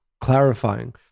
clarifying